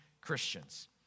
Christians